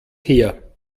her